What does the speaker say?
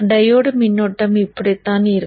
diode மின்னோட்டம் இப்படித்தான் இருக்கும்